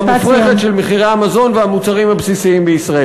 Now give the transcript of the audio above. והמופרכת של מחירי המזון והמוצרים הבסיסיים בישראל?